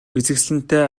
үзэсгэлэнтэй